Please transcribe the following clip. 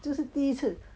这是第一次